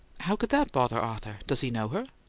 how could that bother arthur? does he know her?